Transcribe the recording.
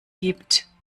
gibt